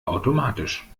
automatisch